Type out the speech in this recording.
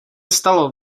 stalo